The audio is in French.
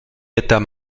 état